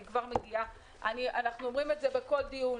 אנחנו אומרים את זה בכל דיון,